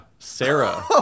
Sarah